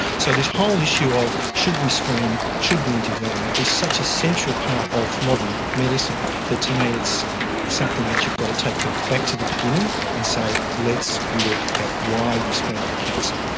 so this whole issue of should we screen, should we intervene' is such a central part of modern medicine that to me it's something that you've got to take people back to the beginning and say let's look at why we screen for cancer.